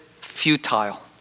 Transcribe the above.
futile